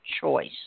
choice